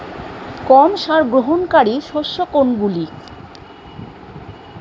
কম সার গ্রহণকারী শস্য কোনগুলি?